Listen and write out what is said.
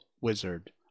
Wizard